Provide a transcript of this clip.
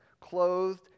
clothed